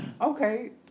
Okay